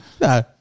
No